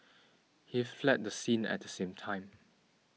he fled the scene at the same time